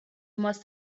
must